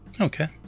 Okay